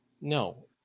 No